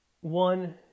one